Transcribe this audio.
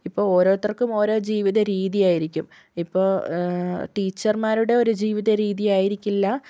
ഇപ്പോൾ ഓരോരുത്തർക്കും ഓരോ ജീവിത രീതിയായിരിക്കും ഇപ്പോൾ ടീച്ചർമാരുടെ ഒരു ജീവിത രീതിയായിരിക്കില്ല